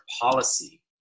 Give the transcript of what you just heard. policy